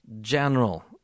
general